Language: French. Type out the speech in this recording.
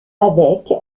avec